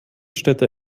städte